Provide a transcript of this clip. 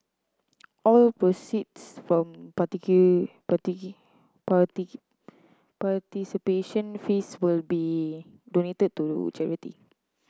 all proceeds from participation fees will be donated to charity